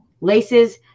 Laces